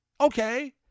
okay